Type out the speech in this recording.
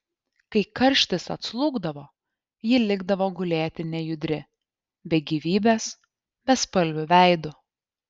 kai karštis atslūgdavo ji likdavo gulėti nejudri be gyvybės bespalviu veidu